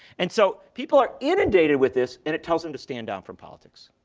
and so people are inundated with this. and it tells them to stand down from politics.